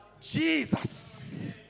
Jesus